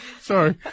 Sorry